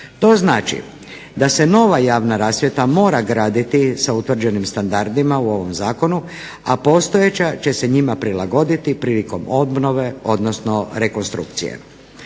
To znači da se nova javna rasvjeta mora graditi sa utvrđenim standardima u ovom zakonu, a postojeća će se njima prilagoditi prilikom obnove odnosno rekonstrukcije.